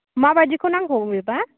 माबायदिखौ नांगौ बेबा